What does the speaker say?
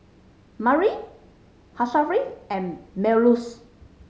Murni Asharaff and Melurs